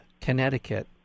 Connecticut